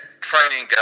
training